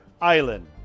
Island